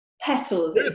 petals